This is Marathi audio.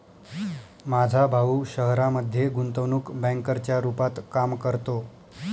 माझा भाऊ शहरामध्ये गुंतवणूक बँकर च्या रूपात काम करतो